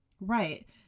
Right